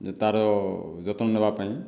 ଯେ ତା ର ଯତ୍ନ ନେବା ପାଇଁ